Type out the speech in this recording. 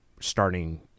starting